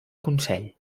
consell